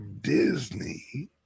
Disney